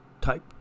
type